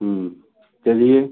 चलिए